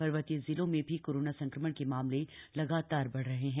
र्वतीय जिलों में भी कोरोना संक्रमण के मामले लगातार बढ़ रहे हैं